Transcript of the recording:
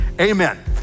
Amen